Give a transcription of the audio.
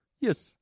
Yes